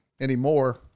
anymore